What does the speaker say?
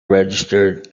registered